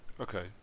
Okay